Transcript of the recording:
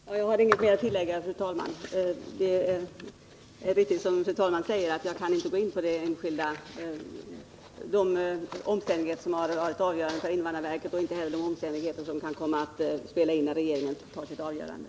Fru talman! Jag har inget mer att tillägga. Det är riktigt som fru talmannen säger att jag inte kan gå in på de omständigheter som varit avgörande för invandrarverket och inte heller på de omständigheter som kan komma att spela in när regeringen fattar sitt avgörande.